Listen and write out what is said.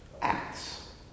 acts